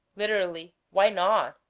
literally, why not,